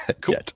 cool